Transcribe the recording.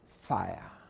fire